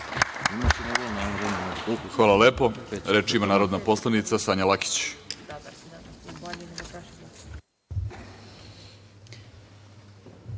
Hvala lepo. Reč ima narodna poslanica Sanja Lakić.